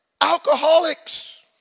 alcoholics